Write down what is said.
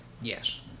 yes